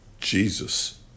Jesus